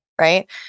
right